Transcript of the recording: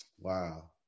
wow